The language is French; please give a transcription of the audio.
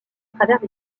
travers